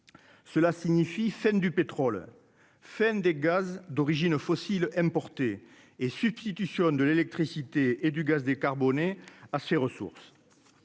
cela signifie scène du pétrole enfin des gaz d'origine fossile et substitution de l'électricité et du gaz décarbonés à ses ressources